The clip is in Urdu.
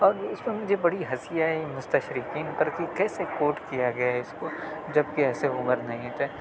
اور اس پر مجھے بڑی ہنسی آئی مستشرقین پر کہ کیسے کوٹ کیا گیا ہے اس کو جب کہ ایسے عمر نہیں تھے